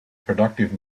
productive